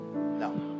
No